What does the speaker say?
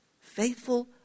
Faithful